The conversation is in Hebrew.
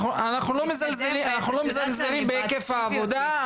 אנחנו לא מזלזלים בהיקף העבודה.